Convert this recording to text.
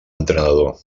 entrenador